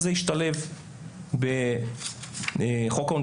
אחר-כך נראה איך זה השתלב בחוק העונשין,